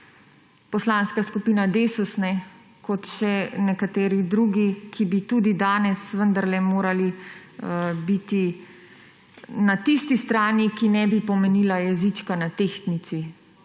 Poslanska skupina DeSUS kot še nekateri drugi, ki bi tudi danes vendarle morali biti na tisti strani, ki ne bi pomenila jezička na tehtnici